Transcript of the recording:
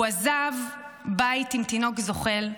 הוא עזב בית עם תינוק זוחל,